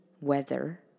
weather